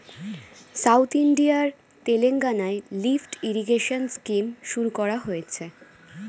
south ইন্ডিয়ার তেলেঙ্গানায় lift irrigation scheme শুরু করা হয়েছে